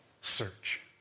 search